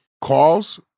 calls